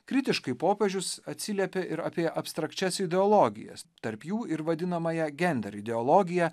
kritiškai popiežius atsiliepė ir apie abstrakčias ideologijas tarp jų ir vadinamąją gender ideologiją